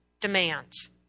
demands